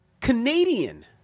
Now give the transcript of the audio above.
Canadian